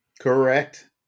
Correct